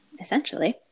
essentially